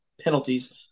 penalties